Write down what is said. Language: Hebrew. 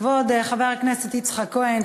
כבוד חבר הכנסת יצחק כהן,